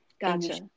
Gotcha